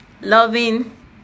loving